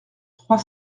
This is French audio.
trois